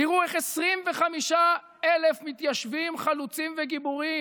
תראו איך 25,000 מתיישבים חלוצים וגיבורים,